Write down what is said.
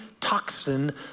toxin